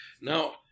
Now